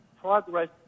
progress